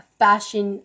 fashion